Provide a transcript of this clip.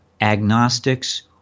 agnostics